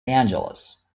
angeles